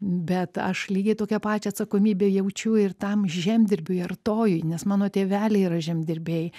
bet aš lygiai tokią pačią atsakomybę jaučiu ir tam žemdirbiui artojui nes mano tėveliai yra žemdirbiai